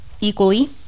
equally